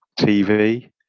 TV